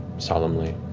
solemnly,